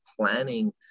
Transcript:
planning